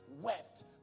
wept